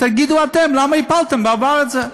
תגידו אתם למה הפלתם בעבר את זה.